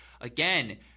again